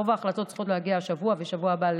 רוב ההחלטות צריכות להגיע השבוע ובשבוע הבא,